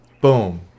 Boom